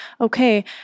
okay